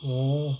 oh